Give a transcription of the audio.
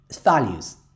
values